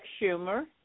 Schumer